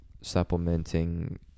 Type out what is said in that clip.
supplementing